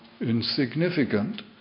insignificant